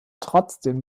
trotzdem